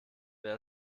wer